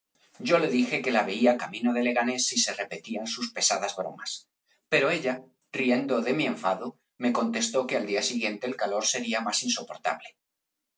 yo le dije que la veía camino de leganés si se repetían sus pesadas bromas pero ella riendo de mi enfado me contestó que al día siguiente el calor sería más insoportable